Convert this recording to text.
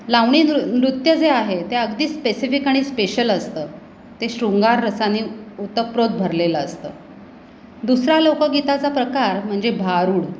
लावणी नृ नृत्य जे आहे ते अगदी स्पेसिफिक आणि स्पेशल असतं ते श्रुंगार रसाने ओतप्रोत भरलेलं असतं दुसरा लोकगीताचा प्रकार म्हणजे भारूड